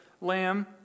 lamb